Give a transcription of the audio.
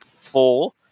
four